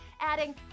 adding